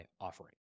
offering